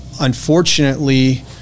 Unfortunately